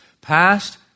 past